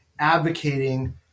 advocating